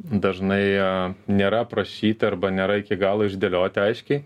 dažnai nėra aprašyti arba nėra iki galo išdėlioti aiškiai